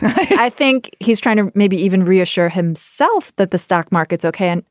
i think he's trying to maybe even reassure himself that the stock market is ok. and